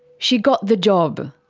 she got the job.